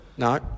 No